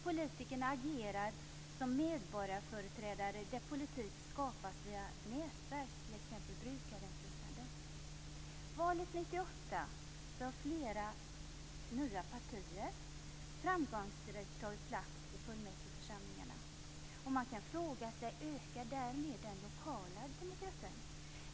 Politikerna agerar som medborgarföreträdare, och politik skapas via nätverk, t.ex. för brukarinflytande. I valet 1998 har flera nya partier framgångsrikt tagit plats i fullmäktigeförsamlingarna. Man kan fråga sig: Ökar därmed den lokala demokratin?